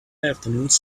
afternoons